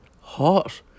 hot